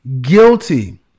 guilty